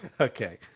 Okay